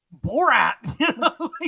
borat